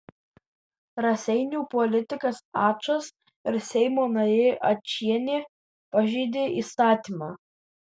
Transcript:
raseinių politikas ačas ir seimo narė ačienė pažeidė įstatymą